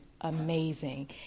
amazing